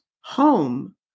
home